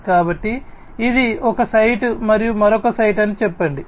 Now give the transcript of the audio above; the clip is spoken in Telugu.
కాబట్టి ఇది ఒక సైట్ మరియు ఇది మరొక సైట్ అని చెప్పండి